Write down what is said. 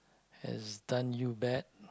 has done you bad